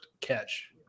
catch